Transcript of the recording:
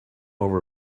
over